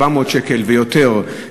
400 שקל ויותר,